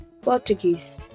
Portuguese